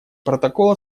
протокола